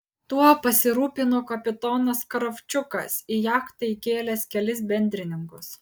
tuo pasirūpino kapitonas kravčiukas į jachtą įkėlęs kelis bendrininkus